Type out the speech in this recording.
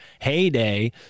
heyday